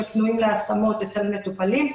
שפנויים להשמות אצל מטופלים.